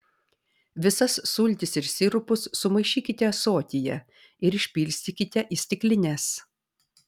visas sultis ir sirupus sumaišykite ąsotyje ir išpilstykite į stiklines